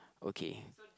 okay